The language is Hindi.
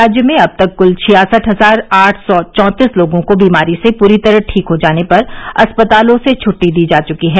राज्य में अब तक कूल छियासठ हजार आठ सौ चौंतीस लोगों को बीमारी से पूरी तरह ठीक हो जाने पर अस्पतालों से छुट्टी दी जा चुकी है